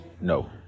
no